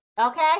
Okay